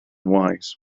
wise